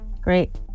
Great